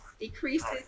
decreases